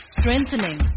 strengthening